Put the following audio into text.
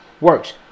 Works